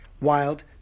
Wild